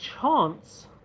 chance